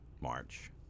March